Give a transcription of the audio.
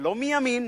שלא מימין